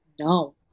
no